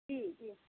जी जी